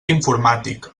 informàtic